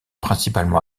principalement